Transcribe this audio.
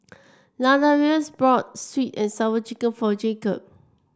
Ladarius brought sweet and Sour Chicken for Jacob